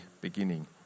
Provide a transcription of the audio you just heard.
beginning